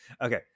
Okay